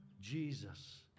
Jesus